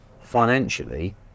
financially